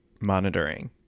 monitoring